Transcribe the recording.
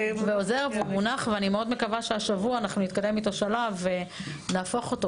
עוזר ומונח ואני מאוד מקווה שהשבוע אנחנו נתקדם איתו שלב ונהפוך אותו.